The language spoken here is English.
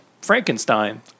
Frankenstein